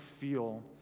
feel